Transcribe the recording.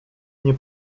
nie